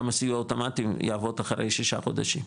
גם הסיוע האוטומטי יעבוד אחרי שישה חודשים.